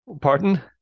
Pardon